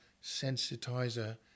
sensitizer